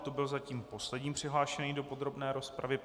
To byl zatím poslední přihlášený do podrobné rozpravy.